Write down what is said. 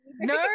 no